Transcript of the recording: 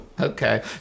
Okay